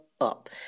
Up